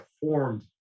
formed